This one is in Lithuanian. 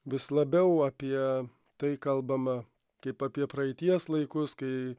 vis labiau apie tai kalbama kaip apie praeities laikus kai